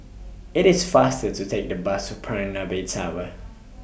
IT IS faster to Take The Bus to Bay Tower